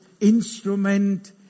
instrument